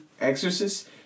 Exorcist